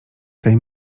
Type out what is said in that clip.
tej